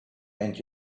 and